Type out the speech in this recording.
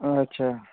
अच्छा